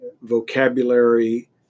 vocabulary